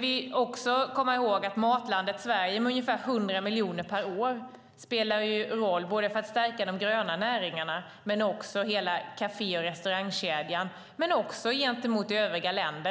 Vi ska också komma ihåg att Matlandet Sverige med ungefär 100 miljoner per år spelar roll för att stärka de gröna näringarna och hela kafé och restaurangkedjan men också gentemot övriga länder.